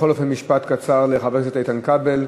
בכל אופן, משפט קצר לחבר הכנסת איתן כבל,